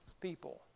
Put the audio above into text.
people